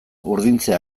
urdintzea